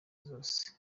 zose